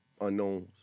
unknowns